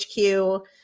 HQ